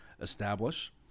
establish